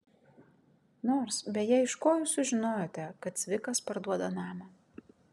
nors beje iš ko jūs sužinojote kad cvikas parduoda namą